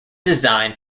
design